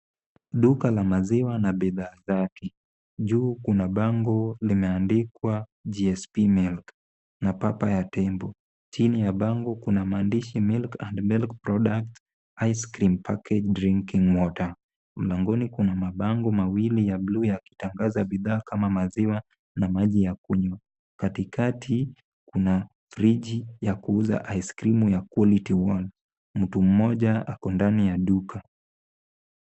Duka la maziwa na bidhaa zake. Juu kuna bango limeandikwa GSP MILK na papa ya tembo. Chini ya bango kuna maandishi milk and milk products, ice cream packaged, drinking water . Mlangoni kuna mabango mawili ya buluu yakitangaza bidhaa kama maziwa na maji ya kunywa. Katikati kuna friji ya kuuza aiskrimu ya quality warm .Mtu mmoja ako ndani ya duka.